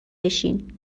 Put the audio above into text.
بشین